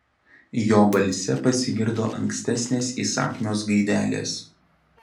jo balse pasigirdo ankstesnės įsakmios gaidelės